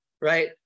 Right